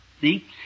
See